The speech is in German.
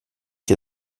dir